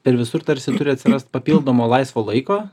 ir visur tarsi turi atsirast papildomo laisvo laiko